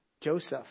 Joseph